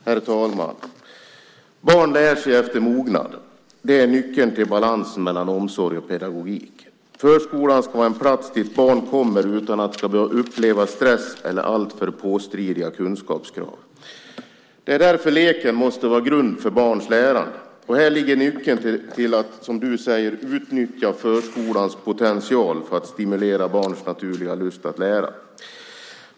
Herr talman! Barn lär sig efter mognad. Det är nyckeln till balansen mellan omsorg och pedagogik. Förskolan ska vara en plats dit barn kommer utan att de ska behöva uppleva stress eller alltför påstridiga kunskapskrav. Det är därför leken måste vara grunden för barns lärande. Här ligger nyckeln till att, som Jan Björklund säger, utnyttja förskolans potential för att stimulera barns naturliga lust att lära.